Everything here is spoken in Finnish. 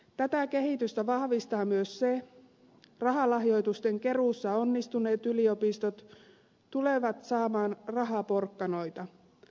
tätä kehitystä vahvistaa myös se että rahalahjoitusten keruussa onnistuneet yliopistot tulevat saamaan rahaporkkanoita